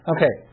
Okay